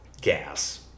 gas